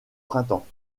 printemps